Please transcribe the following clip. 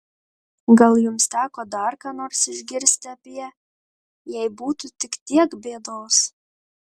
gal jums teko dar ką nors išgirsti apie jei būtų tik tiek bėdos